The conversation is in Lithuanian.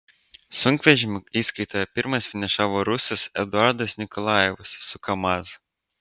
sunkvežimių įskaitoje pirmas finišavo rusas eduardas nikolajevas su kamaz